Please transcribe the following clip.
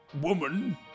woman